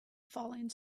falling